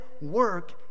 work